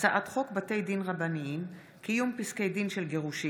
הצעת חוק בתי דין רבניים (קיום פסקי דין של גירושין)